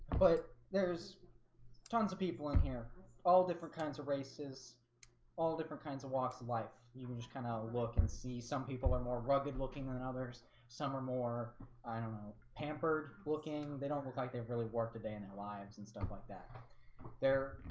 but there's tons of people in here all different kinds of races all different kinds of walks of life you'll just kind of of look and see some people are more rugged looking than and others some are more i don't know pampered looking they don't look like they've really worked a day in their lives and stuff like that there.